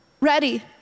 Ready